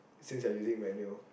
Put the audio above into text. since you're using manual